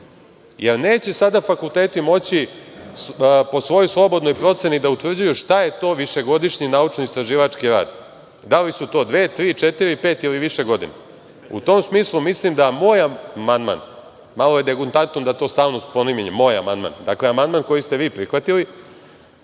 jer neće sada fakulteti moći po svojoj slobodnoj proceni da utvrđuju šta je to višegodišnji naučno-istraživački rad, da li su to dve, tri, četiri, pet ili više godina.U tom smislu, mislim da moj amandman, malo je degutantno da to stalno spominjem, moj amandman, dakle, amandman koji ste vi prihvatili,